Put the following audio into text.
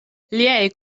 liaj